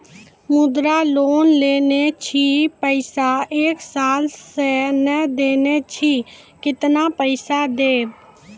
मुद्रा लोन लेने छी पैसा एक साल से ने देने छी केतना पैसा देब?